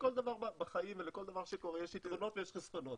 לכל דבר בחיים ולכל דבר שקורה יש יתרונות ויש חסרונות.